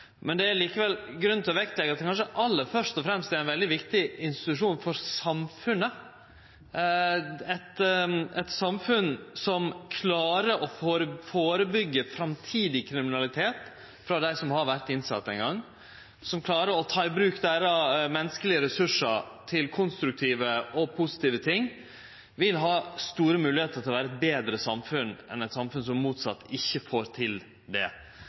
Men det er likevel grunn til å vektleggje at det kanskje først og fremst er ein viktig institusjon for samfunnet. Eit samfunn som klarer å førebyggje framtidig kriminalitet hos dei som har vore innsette ein gong, som klarer å ta i bruk deira menneskelege ressursar til konstruktive og positive ting, vil ha store moglegheiter til å vere eit betre samfunn enn eit samfunn som ikkje får til det.